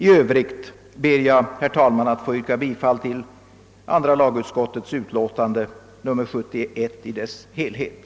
I övrigt ber jag, herr talman, att få yrka bifall till andra lagutskottets hemställan i dess utlåtande nr 71.